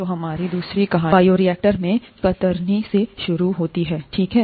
तो हमारी दूसरी कहानी बायोरिएक्टर में कतरनी से शुरू होती है ठीक है